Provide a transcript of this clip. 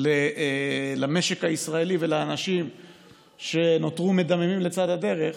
למשק הישראלי ולאנשים שנותרו מדממים לצד הדרך.